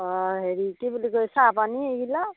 অঁ হেৰি কি বুলি কয় চাহ পানী এইগিলা